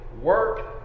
work